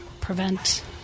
prevent